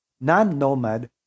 non-nomad